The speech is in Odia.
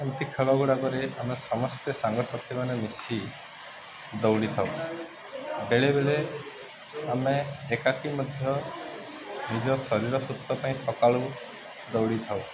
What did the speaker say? ଏମିତି ଖେଲଗୁଡ଼ାକରେ ଆମେ ସମସ୍ତେ ସାଙ୍ଗସଥିମାନେ ମିଶି ଦୌଡ଼ିଥାଉ ବେଲେ ବେଲେ ଆମେ ଏକାକି ମଧ୍ୟ ନିଜ ଶରୀର ସୁସ୍ଥ ପାଇଁ ସକାଳୁ ଦୌଡ଼ିଥାଉ